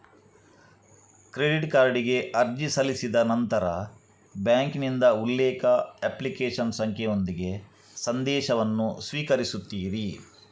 credit ಕಾರ್ಡಿಗೆ ಅರ್ಜಿ ಸಲ್ಲಿಸಿದ ನಂತರ ಬ್ಯಾಂಕಿನಿಂದ ಉಲ್ಲೇಖ, ಅಪ್ಲಿಕೇಶನ್ ಸಂಖ್ಯೆಯೊಂದಿಗೆ ಸಂದೇಶವನ್ನು ಸ್ವೀಕರಿಸುತ್ತೀರಿ